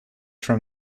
from